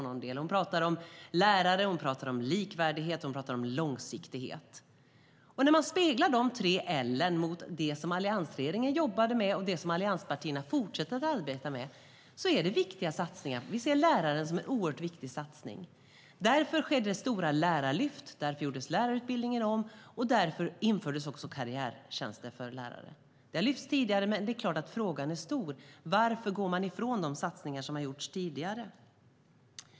Hon talar om lärare, om likvärdighet och om långsiktighet. När man speglar dessa tre L mot det som alliansregeringen arbetade med och som allianspartierna fortsätter att arbeta med är det viktiga satsningar. Vi anser att det är oerhört viktigt att satsa på lärarna. Därför skedde det stora lärarlyft, därför gjordes lärarutbildningen om och därför infördes också karriärtjänster för lärare. Det har lyfts fram tidigare, men det är klart att frågan är stor. Varför går man ifrån de satsningar som har gjorts tidigare?